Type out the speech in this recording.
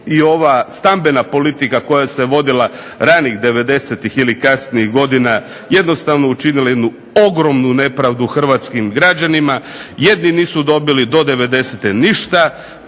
i ova stambena politika koja se vodila ranih '90.-tih ili kasnih godina jednostavno učinila jednu ogromnu nepravdu hrvatskim građanima. Jedni nisu dobili do '90. ništa,